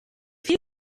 viel